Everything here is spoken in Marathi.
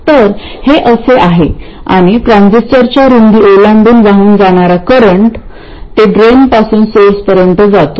तर हे असे आहे आणि ट्रांझिस्टरच्या रूंदी ओलांडून वाहून जाणारा करंट ते ड्रेनपासून सोर्सपर्यंत जातो